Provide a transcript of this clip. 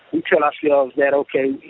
we tell ourselves that, okay,